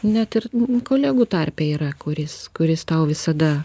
net ir kolegų tarpe yra kuris kuris tau visada